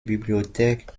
bibliothek